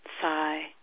sigh